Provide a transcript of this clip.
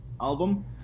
album